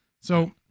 So-